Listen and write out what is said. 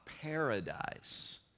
paradise